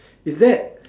is that